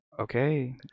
okay